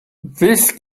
this